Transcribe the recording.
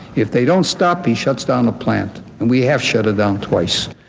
if they don't stop he shuts down the plant. and we have shut down twice.